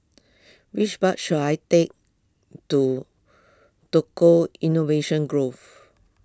which bus should I take to Tukang Innovation Grove